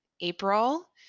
april